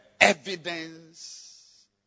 evidence